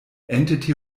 entity